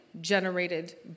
generated